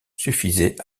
suffisait